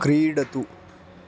क्रीडतु